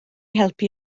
helpu